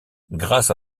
grâce